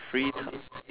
free ti~